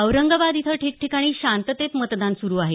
औरंगाबाद इथं ठिकठिकाणी शांततेत मतदान सुरू आहे